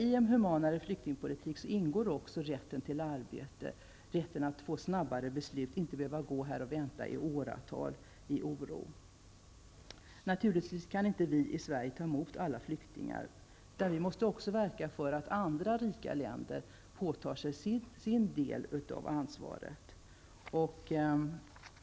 I en humanare flyktingpolitik ingår också rätten till arbete, rätten att få snabbare beslut och inte behöva gå här i åratal och vänta i oro. Naturligtvis kan vi i Sverige inte ta emot alla flyktingar. Vi måste också verka för att andra rika länder påtar sig sin del av ansvaret.